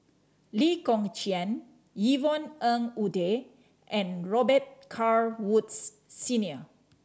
Lee Kong Chian Yvonne Ng Uhde and Robet Carr Woods Senior